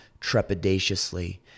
trepidatiously